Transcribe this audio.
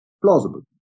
plausible